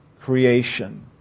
creation